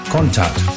Contact